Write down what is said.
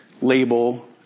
label